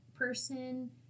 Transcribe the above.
person